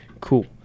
Cool